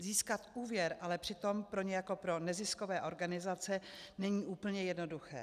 Získat úvěr ale přitom pro ně jako pro neziskové organizace není úplně jednoduché.